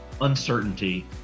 uncertainty